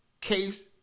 case